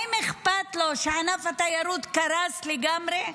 האם אכפת לו מכך שענף התיירות קרס לגמרי?